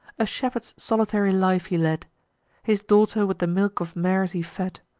a shepherd's solitary life he led his daughter with the milk of mares he fed.